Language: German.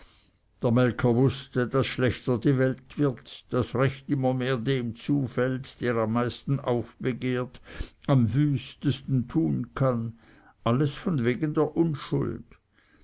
der melker wußte daß schlechter die welt wird das recht immer mehr dem zufällt der am meisten aufbegehrt am wüstesten tun kann alles von wegen der unschuld